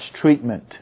treatment